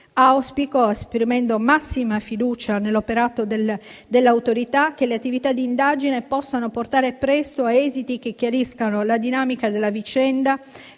auspico, esprimendo massima fiducia nell'operato delle autorità, che le attività di indagine possano portare presto a esiti che chiariscano la dinamica della vicenda,